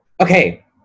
okay